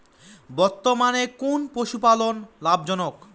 বর্তমানে কোন পশুপালন লাভজনক?